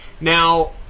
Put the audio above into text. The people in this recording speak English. now